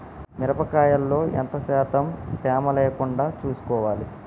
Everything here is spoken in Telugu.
మిరప కాయల్లో ఎంత శాతం తేమ లేకుండా చూసుకోవాలి?